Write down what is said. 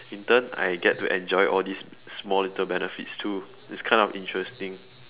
intern I get to enjoy all these small little benefits too it's kind of interesting